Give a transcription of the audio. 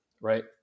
right